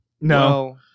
no